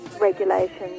regulations